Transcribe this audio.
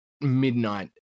midnight